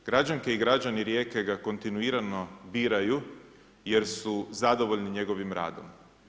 Građanke i građani Rijeke ga kontinuirano biraju jer su zadovoljni njegovim radom.